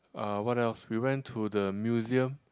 uh what else we went to the museum